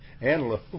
antelope